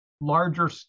larger